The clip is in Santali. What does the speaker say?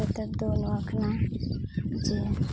ᱱᱮᱛᱟᱨ ᱫᱚ ᱱᱚᱣᱟ ᱠᱟᱱᱟ ᱡᱮ